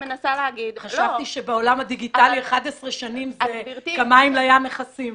חשבתי שבעולם הדיגיטלי 11 שנים זה כמים לים מכסים.